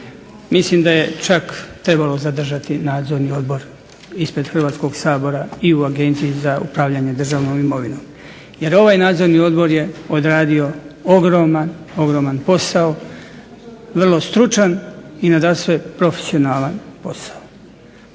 Mislim da je čak trebalo zadržati nadzorni odbor ispred Hrvatskog sabora i u Agenciji za upravljanje državnom imovinom, jer ovaj nadzorni odbor je odradio ogroman, ogroman posao, vrlo stručan i nadasve profesionalan posao.